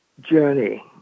Journey